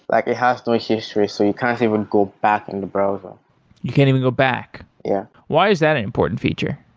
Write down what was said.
like it has no history, so you can't even go back in the browser you can't even go back? yeah why is that an important feature?